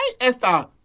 Esther